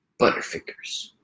butterfingers